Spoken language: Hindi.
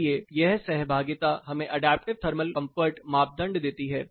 इसलिए यह सहभागिता हमें अडैप्टिव कंफर्ट मापदंड देती है